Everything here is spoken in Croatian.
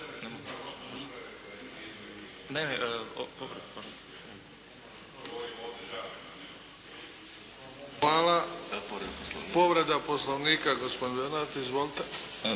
Hvala. Povreda Poslovnika, gospodin Bernardić.